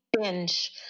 binge